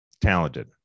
talented